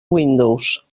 windows